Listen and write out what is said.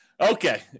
okay